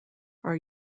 are